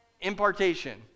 impartation